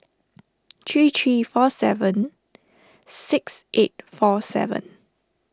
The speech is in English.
three three four seven six eight four seven